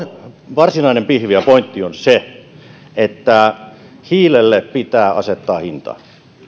varsinainen pihvi ja pointti on se että hiilelle pitää asettaa hinta